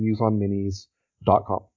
museonminis.com